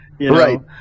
Right